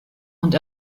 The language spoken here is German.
und